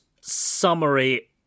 summary